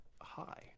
Hi